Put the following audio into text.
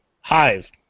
Hive